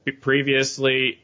Previously